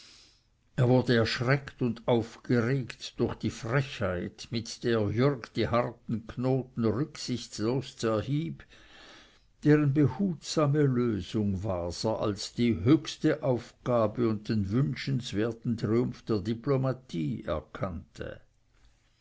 er wurde erschreckt und aufgeregt durch die frechheit mit der jürg die harten knoten rücksichtslos zerhieb deren behutsame lösung waser als die höchste aufgabe und den wünschenswerten triumph der diplomatie erkannte